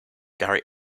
gary